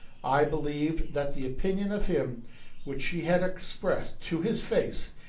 i believed that the opinion of him which she had expressed to his face,